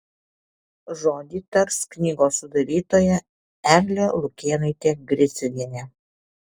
žodį tars knygos sudarytoja eglė lukėnaitė griciuvienė